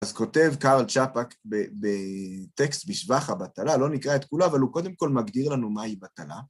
אז כותב קארל צ'פאק בטקסט בשבח הבטלה, לא נקרא את כולה, אבל הוא קודם כל מגדיר לנו מהי בטלה.